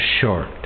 short